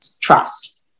trust